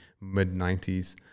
mid-90s